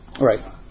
Right